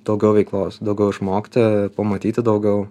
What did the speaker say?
daugiau veiklos daugiau išmokti pamatyti daugiau